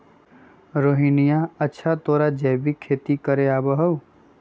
रोहिणीया, अच्छा तोरा जैविक खेती करे आवा हाउ?